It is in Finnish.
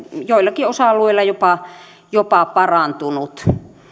joillakin osa alueilla jopa jopa parantunut